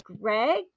Greg